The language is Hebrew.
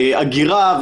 אגירה,